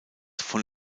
von